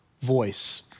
voice